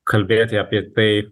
kalbėti apie tai